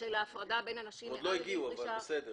של ההפרדה בין אנשים --- עוד לא הגיעו אבל בסדר.